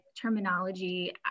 terminology